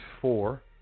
four